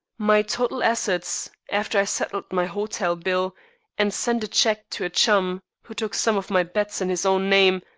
my total assets, after i settled my hotel bill and sent a cheque to a chum who took some of my bets in his own name,